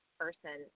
person